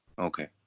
Okay